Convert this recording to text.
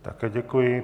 Také děkuji.